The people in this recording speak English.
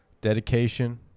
dedication